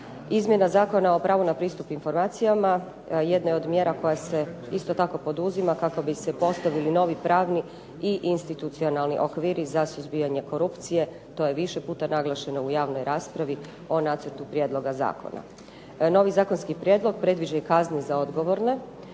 Izmjena Zakona o pravu na pristup informacijama jedna je od mjera koja se poduzima kako bi se postavili novi pravni i institucionalni okviri za suzbijanje korupcije. To je više puta naglašeno u javnoj raspravi o nacrtu prijedloga zakona. Novi zakonski prijedlog predviđa i kazne za odgovorne